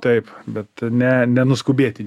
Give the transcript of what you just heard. taip bet ne ne nuskubėti